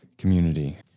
community